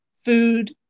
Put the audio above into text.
food